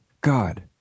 God